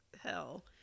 hell